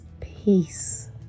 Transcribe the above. peace